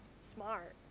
smart